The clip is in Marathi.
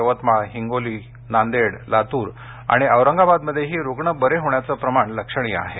यवतमाळ हिंगोलीनांदेड लातूर आणि औरंगाबाद मध्येही रुग्ण बरे होण्याचं प्रमाण लक्षणीय आहे